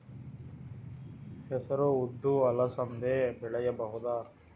ಹೆಸರು ಉದ್ದು ಅಲಸಂದೆ ಬೆಳೆಯಬಹುದಾ?